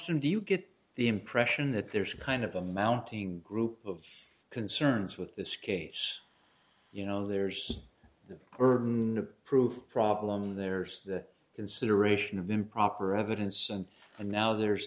n do you get the impression that there's a kind of a mounting group of concerns with this case you know there's the burden of proof problem there's the consideration of improper evidence and and now there's